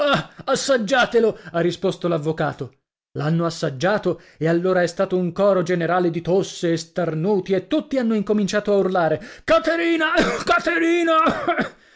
assaggiatelo ha risposto l'avvocato l'hanno assaggiato e allora è stato un coro generale di tosse e starnuti e tutti hanno incominciato a urlare caterina caterina